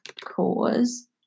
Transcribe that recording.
cause